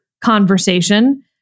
conversation